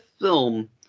film